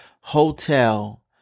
hotel